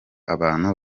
abantu